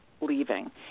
leaving